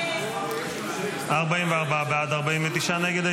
44 בעד, 49 נגד.